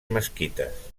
mesquites